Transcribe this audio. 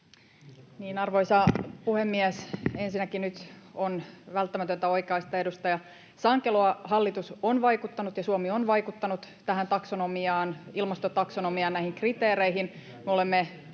Arvoisa puhemies! Ensinnäkin nyt on välttämätöntä oikaista edustaja Sankeloa: hallitus on vaikuttanut ja Suomi on vaikuttanut tähän taksonomiaan, ilmastotaksonomiaan, ja näihin kriteereihin.